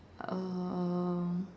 uh